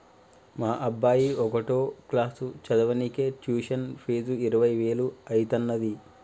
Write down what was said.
మా అబ్బాయి ఒకటో క్లాసు చదవనీకే ట్యుషన్ ఫీజు ఇరవై వేలు అయితన్నయ్యి